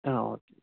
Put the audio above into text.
ഹ്ഹ ഓക്കേ